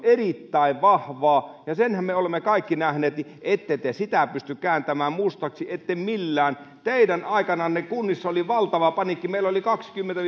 erittäin vahvoja ja senhän me olemme kaikki nähneet ette te sitä pysty kääntämään mustaksi ette millään teidän aikananne kunnissa oli valtava paniikki meillä oli kaksikymmentä